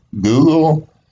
Google